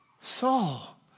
Saul